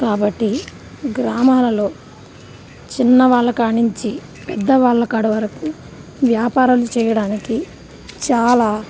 కాబట్టి గ్రామాలలో చిన్నవాళ్ళకానుంచి పెద్దవాళ్ళకాడ వరకు వ్యాపారం చేయడానికి చాలా